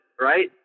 right